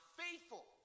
faithful